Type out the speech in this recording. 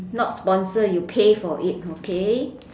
not sponsor you pay for it okay